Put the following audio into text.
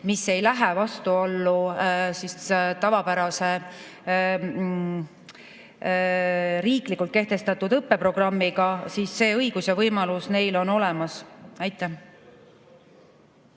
mis ei lähe vastuollu tavapärase riiklikult kehtestatud õppeprogrammiga, siis see õigus ja võimalus neil on olemas. Aitäh!